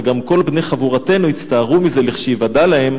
וגם כל בני חבורתנו יצטערו מזה לכשייוודע להם",